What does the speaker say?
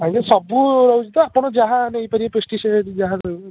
ଆଜ୍ଞା ସବୁ ରହୁଛି ତ ଆପଣ ଯାହା ନେଇପାରିବେ ଯାହା ରହିବ ଆଉ